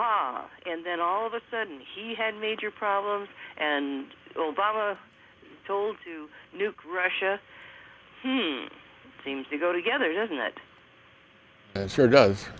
and then all of a sudden he had major problems and obama told to nuke russia seems to go together doesn't it so does